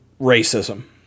racism